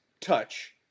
touch